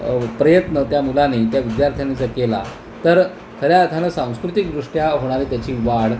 प्रयत्न त्या मुलाने त्या विद्यार्थ्याने जर केला तर खऱ्या अर्थानं सांस्कृतिकदृष्ट्या होणारी त्याची वाढ